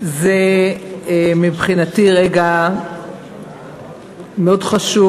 זה רגע מאוד חשוב.